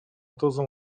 dozą